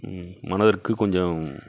மனதிற்கு கொஞ்சம்